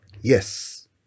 yes